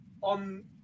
on